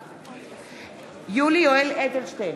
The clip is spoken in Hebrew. יולי יואל אדלשטיין,